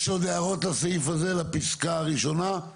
הרשות לאכיפת --- מכל מקום אני רוצה לציין